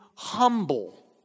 Humble